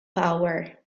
power